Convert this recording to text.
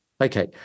Okay